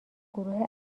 گروه